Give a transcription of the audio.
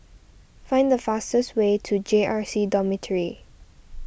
find the fastest way to J R C Dormitory